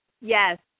Yes